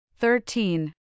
Thirteen